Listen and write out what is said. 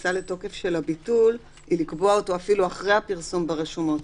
כניסה לתוקף של הביטול היא לקבוע אותו אפילו אחרי הפרסום ברשומות.